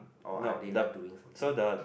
or are they like doing something